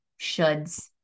shoulds